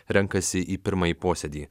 renkasi į pirmąjį posėdį